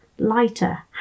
lighter